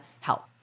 help